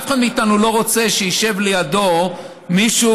אף אחד מאיתנו לא רוצה שישב לידו מישהו